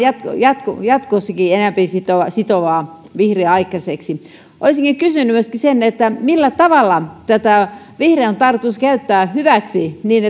jatkossakin jatkossakin enempi sitovaa sitovaa vihreää aikaiseksi olisinkin kysynyt myöskin millä tavalla tätä vihreää on tarkoitus käyttää hyväksi niin